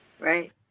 Right